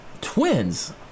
twins